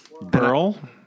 Burl